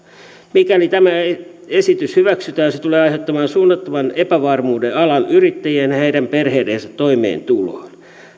mikäli tämä esitys hyväksytään se tulee aiheuttamaan suunnattoman epävarmuuden alan yrittäjien ja heidän perheidensä toimeentuloon